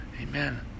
Amen